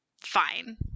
fine